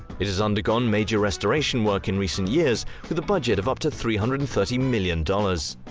it has undergone major restoration work in recent years with a budget of up to three hundred and thirty million dollars.